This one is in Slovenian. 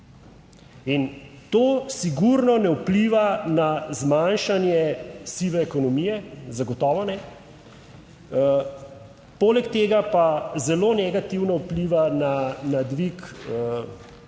In to sigurno ne vpliva na zmanjšanje sive ekonomije, zagotovo ne. Poleg tega pa zelo negativno vpliva na dvig, bom